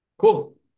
cool